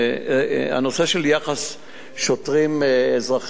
לנושא של יחס שוטרים אזרחים,